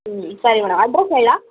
ಹ್ಞೂ ಸರಿ madam address ಹೇಳಲಾ